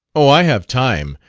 oh, i have time,